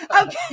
Okay